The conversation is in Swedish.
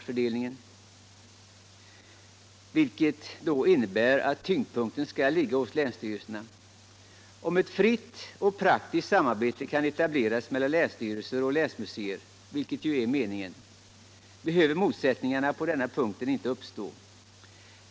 fördelningen, vilket innebär att tyngdpunkten skall ligga hos länsstyrelserna. Om ett fritt och praktiskt samarbete kan etableras mellan länsstyrelser och länsmuséer — vilket är meningen — behöver motsättningar på denna punkt inte uppstå.